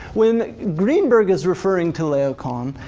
when greenberg is referring to laocoon,